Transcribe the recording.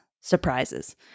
surprises